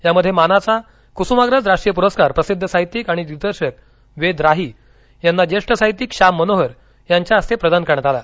यामध्ये मानाचा कुसुमाग्रज राष्ट्रीय पुरस्कार प्रसिद्ध साहित्यिक आणि दिग्दर्शक वेद राही यांना जेष्ठ साहित्यिक श्याम मनोहर यांच्या हस्ते प्रदान करण्यात आला